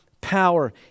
power